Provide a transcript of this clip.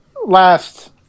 Last